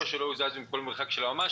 או שלא הוזז למרחק של ממש,